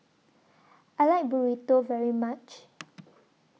I like Burrito very much